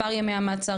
מספר ימי המעצר,